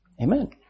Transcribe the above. Amen